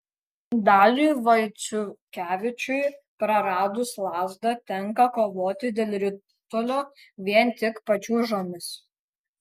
daliui vaiciukevičiui praradus lazdą tenka kovoti dėl ritulio vien tik pačiūžomis